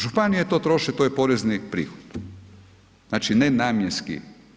Županije to troše to je porezni prihod, znači ne namjenski.